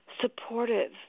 supportive